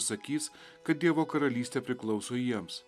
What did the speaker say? sakys kad dievo karalystė priklauso jiems